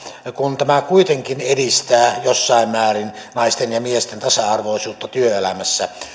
kun tämä kuitenkin edistää jossain määrin naisten ja miesten tasa arvoisuutta työelämässä